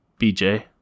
BJ